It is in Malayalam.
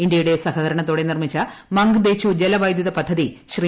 ഇന്ത്യയുടെ സഹകരണത്തോടെ നിർമ്മിച്ച മങ്ക്ദേച്ചു ജലവൈദ്യുത പദ്ധതി ശ്രീ